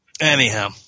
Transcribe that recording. Anyhow